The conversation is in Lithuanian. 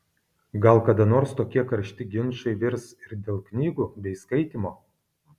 gal kada nors tokie karšti ginčai virs ir dėl knygų bei skaitymo